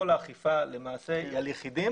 כל האכיפה היא למעשה על יחידים